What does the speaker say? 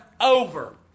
over